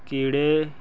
ਕੀੜੇ